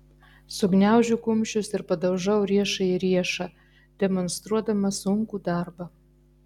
sugniaužiu kumščius ir padaužau riešą į riešą demonstruodama sunkų darbą